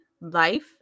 life